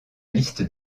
liste